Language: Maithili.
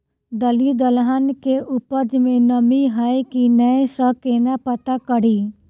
दालि दलहन केँ उपज मे नमी हय की नै सँ केना पत्ता कड़ी?